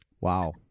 Wow